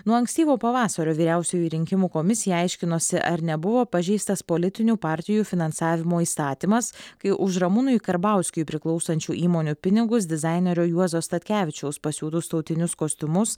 nuo ankstyvo pavasario vyriausioji rinkimų komisija aiškinosi ar nebuvo pažeistas politinių partijų finansavimo įstatymas kai už ramūnui karbauskiui priklausančių įmonių pinigus dizainerio juozo statkevičiaus pasiūtus tautinius kostiumus